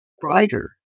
brighter